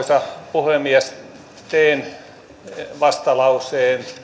puhemies teen vastalauseen